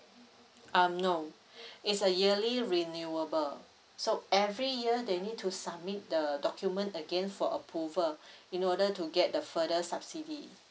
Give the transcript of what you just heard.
um no it's a yearly renewable so every year they need to submit the document again for approval in order to get the further subsidy